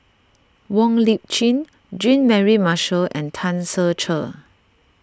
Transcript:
Wong Lip Chin Jean Mary Marshall and Tan Ser Cher